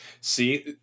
See